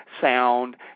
sound